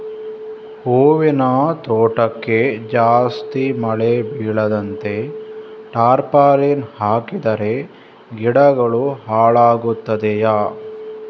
ಹೂವಿನ ತೋಟಕ್ಕೆ ಜಾಸ್ತಿ ಮಳೆ ಬೀಳದಂತೆ ಟಾರ್ಪಾಲಿನ್ ಹಾಕಿದರೆ ಗಿಡಗಳು ಹಾಳಾಗುತ್ತದೆಯಾ?